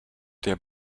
der